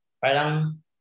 parang